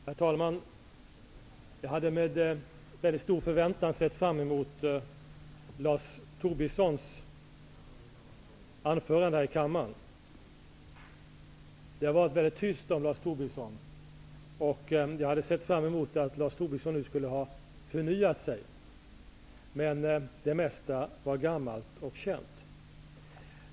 Herr talman! Jag hade med stor förväntan sett fram emot Lars Tobissons anförande i kammaren. Det har varit tyst runt Lars Tobisson. Jag hade sett fram emot att Lars Tobisson skulle ha förnyat sig. Men det mesta var gammalt och känt.